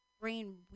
brain